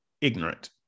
ignorant